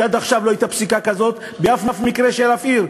שעד עכשיו לא הייתה פסיקה כזאת בשום מקרה של שום עיר.